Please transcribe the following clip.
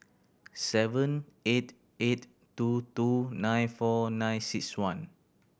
seven eight eight two two nine four nine six one